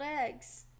eggs